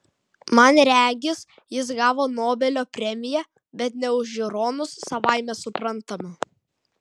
man regis jis gavo nobelio premiją bet ne už žiūronus savaime suprantama